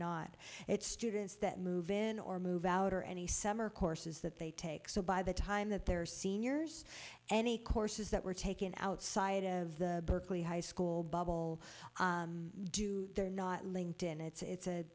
not it's students that move in or move out or any summer courses that they take so by the time that they're seniors any courses that were taken outside of the berkeley high school bubble do they're not linked in it's a it's a